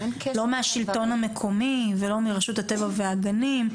מהשלטון המקומי ולא מרשות הטבע והגנים,